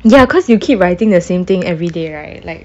ya cause you keep writing the same thing everyday right like